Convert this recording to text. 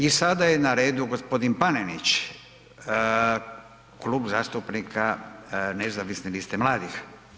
I sada je na redu gospodin Panenić, Klub zastupnika Nezavisne liste mladih.